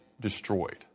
destroyed